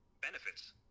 benefits